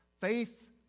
faith